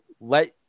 let